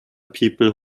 people